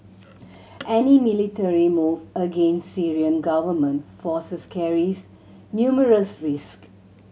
any military move against Syrian government forces carries numerous risk